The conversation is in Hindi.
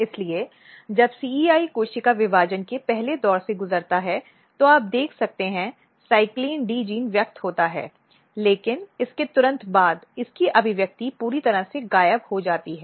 इसलिए जब CEI कोशिका विभाजन के पहले दौर से गुजरता है तो आप देख सकते हैं CYCLIN D जीन व्यक्त होता है लेकिन इसके तुरंत बाद इसकी अभिव्यक्ति पूरी तरह से गायब हो जाती है